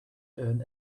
earn